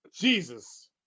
Jesus